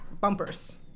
bumpers